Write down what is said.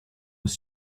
was